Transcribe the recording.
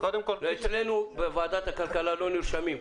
אצלנו בוועדת הכלכלה לא נרשמים.